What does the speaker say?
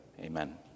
Amen